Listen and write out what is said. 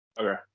Okay